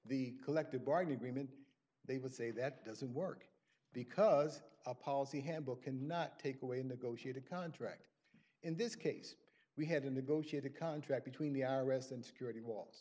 the collective bargaining agreement and they would say that doesn't work because a policy handbook cannot take away negotiate a contract in this case we had to negotiate a contract between the i r s and security was